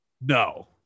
No